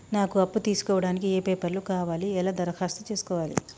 నాకు అప్పు తీసుకోవడానికి ఏ పేపర్లు కావాలి ఎలా దరఖాస్తు చేసుకోవాలి?